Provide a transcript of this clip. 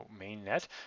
mainnet